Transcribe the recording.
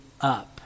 up